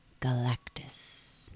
Galactus